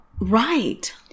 Right